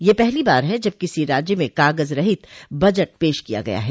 यह पहली बार है जब किसी राज्य में कागज रहित बजट पेश किया गया है